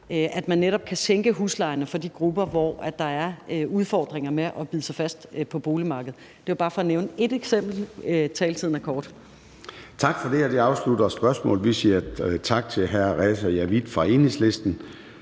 at man netop kan sænke huslejerne for de grupper, hvor der er udfordringer med at bide sig fast på boligmarkedet. Det er bare for at nævne ét eksempel. Taletiden er kort. Kl. 14:22 Formanden (Søren Gade): Tak for det. Det afslutter spørgsmålet, og så siger vi tak til hr. Reza Javid fra Enhedslisten.